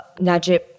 Najib